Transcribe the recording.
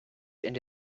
into